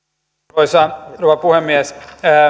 arvoisa rouva puhemies